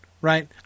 right